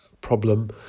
problem